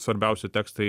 svarbiausi tekstai